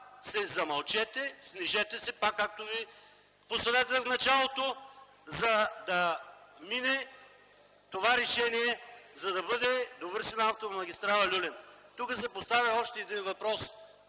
замълчете, снижете се, както ви посъветвах в началото, за да мине това решение и да бъде довършена автомагистрала „Люлин”. Тук се поставя още един въпрос: